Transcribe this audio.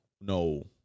no